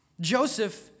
Joseph